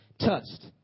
touched